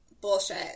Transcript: bullshit